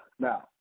Now